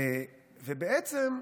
בעצם,